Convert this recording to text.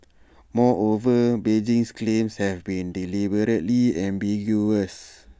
moreover Beijing's claims have been deliberately ambiguous